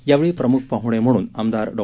यावेळी प्रमुख पाहुणे म्हणून आमदार डॉ